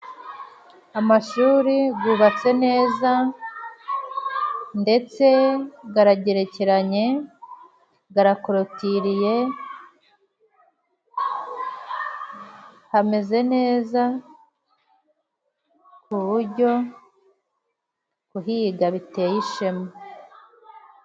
Amashuri gubatse neza, ndetse garagerekeranye, garakorotiriye. Gameze neza ku buryo kuhiga biteye ishema.